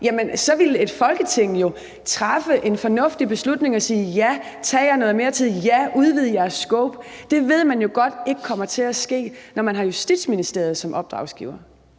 – så ville et Folketing jo træffe en fornuftig beslutning og sige: Ja, tag jer noget mere tid; ja, udvid jeres scope. Det ved man jo godt ikke kommer til at ske, når man har Justitsministeriet som opdragsgiver.